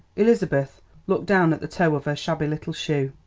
elizabeth looked down at the toe of her shabby little shoe.